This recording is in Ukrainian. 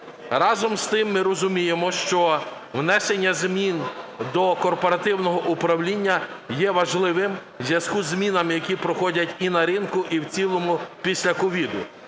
Разом з тим, ми розуміємо, що внесення змін до корпоративного управління є важливим в зв'язку із змінами, які проходять і на ринку, і в цілому після COVID.